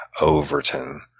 Overton